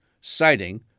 citing